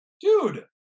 Dude